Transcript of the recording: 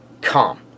come